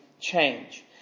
change